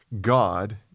God